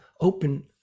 open